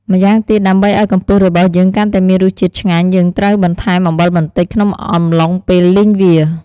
ម្យ៉ាងទៀតដើម្បីឱ្យកំពឹសរបស់យើងកាន់តែមានរសជាតិឆ្ងាញ់ យើងត្រូវបន្ថែមអំបិលបន្តិច ក្នុងអំឡុងពេលលីងវា។